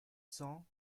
cents